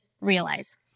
realize